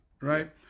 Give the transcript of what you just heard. right